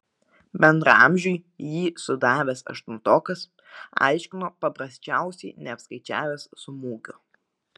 bendraamžiui jį sudavęs aštuntokas aiškino paprasčiausiai neapskaičiavęs smūgio